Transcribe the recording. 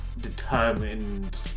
determined